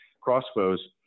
crossbows